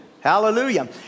Hallelujah